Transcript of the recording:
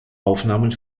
aufnahmen